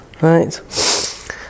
Right